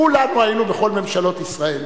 כולנו היינו בכל ממשלות ישראל.